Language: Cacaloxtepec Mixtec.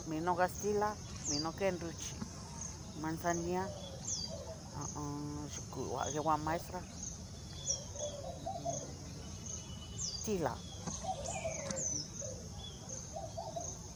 Mino kastila, mino ke nruchí, manzania ho o on. yuku hoa, yerva maestra, ho o on. tila, u jum.